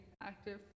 active